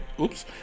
Oops